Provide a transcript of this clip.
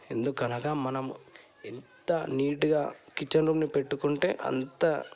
ఎందుకనగా మనం ఎంత నీట్గా కిచెన్ రూంని పెట్టుకుంటే అంత